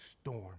storm